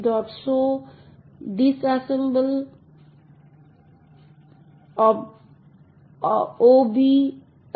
তৃতীয়ত এমন নীতি থাকা উচিত যাতে একটি অ্যাপ্লিকেশন পুরো সিস্টেমকে হগ করে না